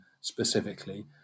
specifically